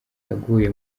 yaguye